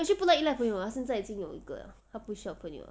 but actually 不算依赖朋友了她现在已经有一个了她不需要朋友了